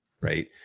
right